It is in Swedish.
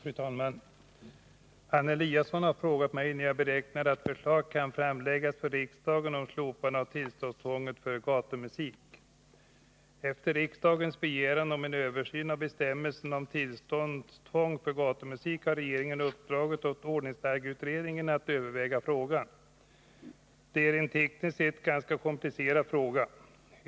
Fru talman! Anna Eliasson har frågat mig när jag beräknar att förslag kan framläggas för riksdagen om ett slopande av tillståndstvånget för gatumusik. Efter riksdagens begäran om en översyn av bestämmelserna om tillståndstvång för gatumusik har regeringen uppdragit åt ordningsstadgeutredningen att överväga frågan. Det är en tekniskt sett ganska komplicerad fråga.